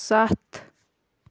سَتھ